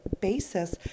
basis